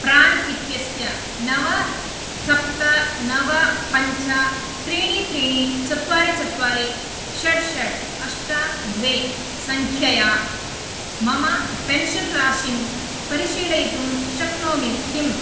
प्राण् इत्यस्य नव सप्त नव पञ्च त्रिणि त्रिणि चत्वारि चत्वारि षट् षट् अष्ट द्वे सङ्ख्यया मम पेन्शन् राशिं परिशीलयितुं शक्नोमि किम्